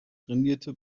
trainierte